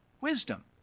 wisdom